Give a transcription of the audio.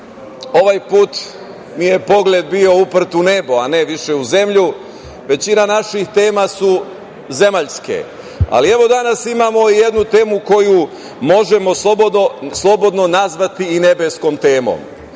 ovaj put mi je pogled bio uprt u nebo, a ne više u zemlju. Većina naših tema su zemaljske, ali evo danas imamo i jednu temu koju možemo slobodno nazvati i nebeskom